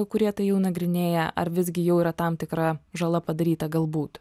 kurie tai jau nagrinėja ar visgi jau yra tam tikra žala padaryta galbūt